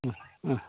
ओ ओ